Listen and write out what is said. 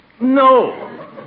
No